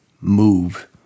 move